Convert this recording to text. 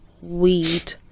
weed